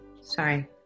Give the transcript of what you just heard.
Sorry